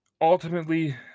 Ultimately